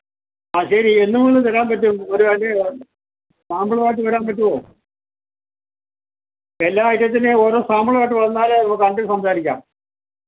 ആഹ് ശരി എന്നു മുതൽ തരാന് പറ്റും ഒരു അനിഴ് സാമ്പിളുമായിട്ടു വരാന് പറ്റുമോ എല്ലാ ഐറ്റത്തിന്റെയും ഓരോ സാമ്പിളും ആയിട്ട് വന്നാലേ നമുക്കു കണ്ടു സംസാരിക്കാം